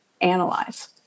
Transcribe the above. analyze